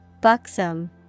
Buxom